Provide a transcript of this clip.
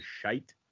shite